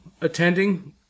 attending